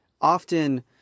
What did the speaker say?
often